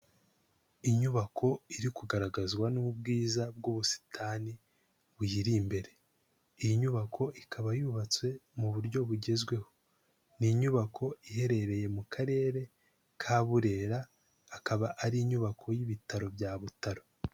Inyubako iri kugaragazwa n'ubwiza bw'ubusitani buyiri imbere, iyi nyubako ikaba yubatswe mu buryo bugezweho. Ni inyubako iherereye mu karere ka Burera akaba ari inyubako y'ibitaro bya Butaro.